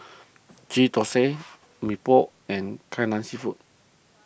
Ghee Thosai Mee Pok and Kai Lan Seafood